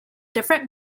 different